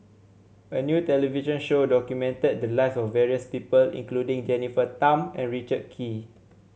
a new television show documented the lives of various people including Jennifer Tham and Richard Kee